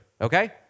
okay